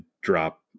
drop